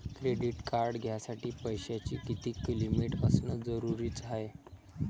Credit card घ्यासाठी पैशाची कितीक लिमिट असनं जरुरीच हाय?